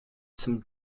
some